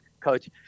coach